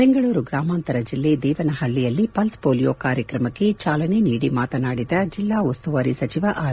ಬೆಂಗಳೂರು ಗ್ರಾಮಾಂತರ ಜಿಲ್ಲೆ ದೇವನಹಳ್ಳಿಯಲ್ಲಿ ಪಲ್ಲ್ ಪೋಲಿಯೊ ಲಸಿಕಾ ಕಾರ್ಯಕ್ರಮಕ್ಕೆ ಚಾಲನೆ ನೀಡಿ ಮಾತನಾಡಿದ ಜೆಲ್ಲಾ ಉಸ್ತುವಾರಿ ಸಚಿವ ಆರ್